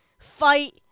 fight